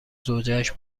زوجهاش